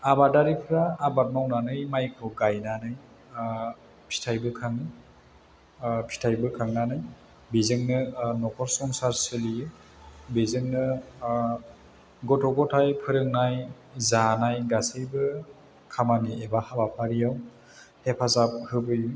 आबादारिफ्रा आबाद मावनानै मायखौ गायनानै फिथाइ बोखाङो फिथाइ बोखांनानै बिजोंनो नखर संसार सोलियो बेजोंनो गथ' गथाय फोरोंनाय जानाय गासैबो खामानि एबा हाबाफारियाव हेफाजाब होबोयो